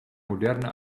modern